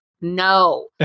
no